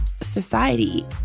society